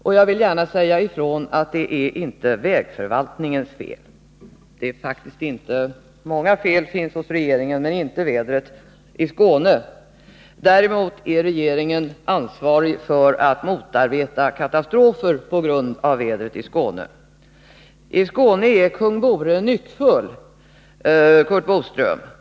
Och jag vill gärna säga ifrån att det inte är vägförvaltningens fel. Många fel finns det hos regeringen, men den är inte ansvarig för vädret i Skåne. Däremot har regeringen ansvar för att motarbeta katastrofer på grund av vädret. I Skåne är kung Bore nyckfull.